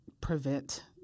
prevent